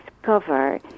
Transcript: discover